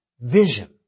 vision